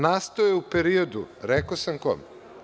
Nastao je u periodu, rekao sam kom.